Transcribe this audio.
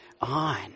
on